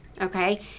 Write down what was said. okay